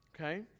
Okay